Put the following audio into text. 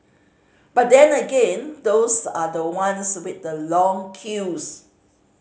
but then again those are the ones with the long queues